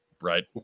Right